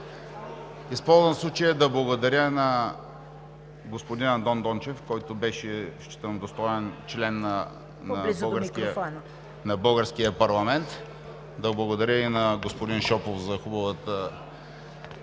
Използвам случая да благодаря на господин Андон Дончев, който считам, че беше достоен член на българския парламент. Да благодаря и на господин Шопов за хубавата